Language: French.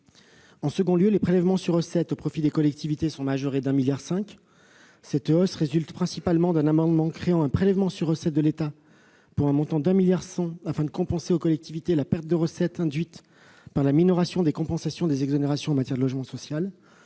En second lieu, les prélèvements sur recettes au profit des collectivités sont majorés de 1,5 milliard d'euros. Cette hausse résulte principalement de l'adoption d'un amendement créant un prélèvement sur recettes de l'État, pour un montant de 1,1 milliard d'euros, afin de compenser pour les collectivités la perte de recettes induite par la minoration des compensations des exonérations en matière de logement social.